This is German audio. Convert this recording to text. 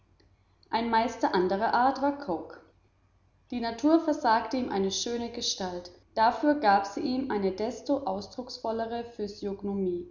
ein meister anderer art war cooke die natur versagte ihm eine schöne gestalt dafür gab sie ihm eine desto ausdrucksvollere physiognomie